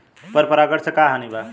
पर परागण से का हानि बा?